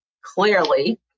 clearly